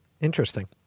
interesting